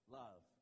love